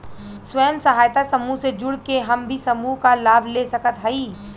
स्वयं सहायता समूह से जुड़ के हम भी समूह क लाभ ले सकत हई?